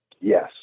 yes